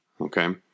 Okay